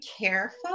careful